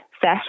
set